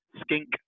skink